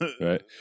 Right